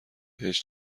بهش